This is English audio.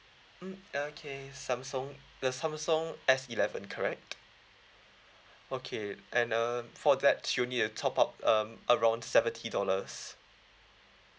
mm okay samsung the samsung S eleven correct okay and uh for that you need to top up um around seventy dollars